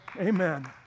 Amen